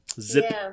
zip